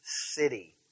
city